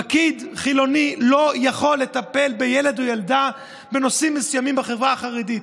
פקיד חילוני לא יכול לטפל בילד או ילדה בנושאים מסוימים בחברה החרדית.